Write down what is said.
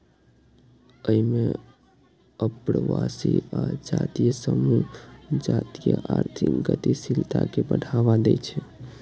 अय मे अप्रवासी आ जातीय समूह जातीय आर्थिक गतिशीलता कें बढ़ावा दै छै